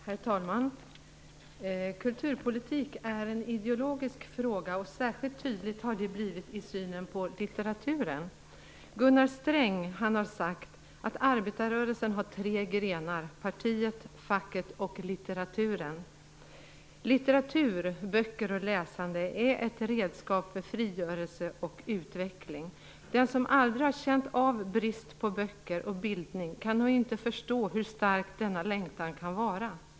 Herr talman! Kulturpolitik är en ideologisk fråga. Särskilt tydligt har det blivit i synen på litteraturen. Gunnar Sträng har sagt att arbetarrörelsen har tre grenar - partiet, facket och litteraturen. Litteratur, böcker och läsande är ett redskap för frigörelse och utveckling. Den som aldrig har känt av brist på böcker och bildning kan nog inte förstå hur stark denna längtan kan vara.